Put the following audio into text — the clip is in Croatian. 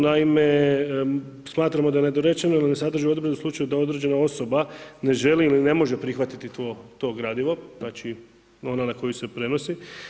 Naime, smatramo da je nedorečeno ili ne sadrži odredbe u slučaju da određena osoba ne želi ili ne želi prihvatiti to gradivo, znači ona na koju se prenosi.